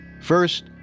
First